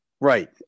Right